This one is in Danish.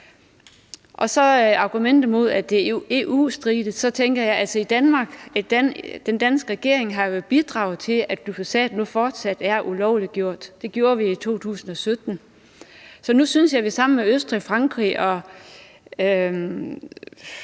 til argumentet om, at det er EU-stridigt, tænker jeg, at i Danmark har den danske regering bidraget til, at glyfosat nu fortsat er ulovliggjort – det gjorde vi i 2017. Så nu synes jeg, at vi sammen med Østrig, Frankrig og